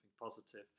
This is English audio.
positive